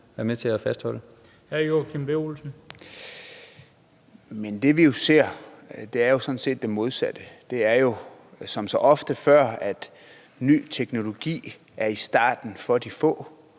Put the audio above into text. Hr. Joachim B. Olsen. Kl. 19:15 Joachim B. Olsen (LA): Men det, vi ser, er jo sådan set det modsatte. Det er jo som så ofte før, at ny teknologi i starten er for de få